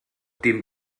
dem